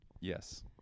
Yes